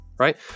Right